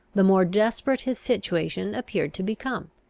the more desperate his situation appeared to become.